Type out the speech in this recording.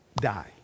die